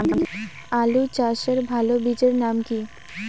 আলু চাষের ভালো বীজের নাম কি?